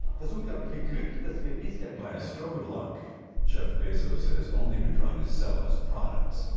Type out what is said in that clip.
the song fabric luke the spezia by a stroke of luck jeff bezos has only been trying to sell us products